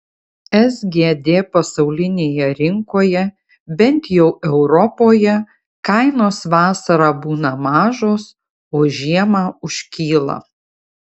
sgd pasaulinėje rinkoje bent jau europoje kainos vasarą būna mažos o žiemą užkyla